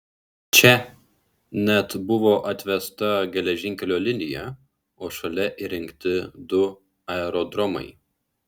čia net buvo atvesta geležinkelio linija o šalia įrengti du aerodromai